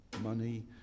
money